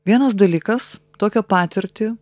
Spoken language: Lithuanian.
vienas dalykas tokią patirtį